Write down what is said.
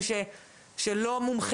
כלומר,